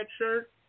shirt